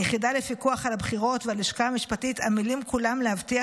היחידה לפיקוח על הבחירות והלשכה המשפטית עמלים כולם להבטיח